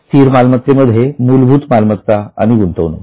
स्थिर मालमत्तेमध्ये मूलभूत मालमत्ता आणि गुंतवणूक